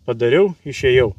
padariau išėjau